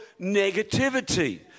negativity